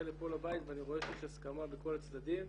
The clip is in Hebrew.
לפה לבית ואני רואה שיש הסכמה בכל הצדדים